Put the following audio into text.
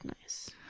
nice